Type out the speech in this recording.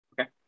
Okay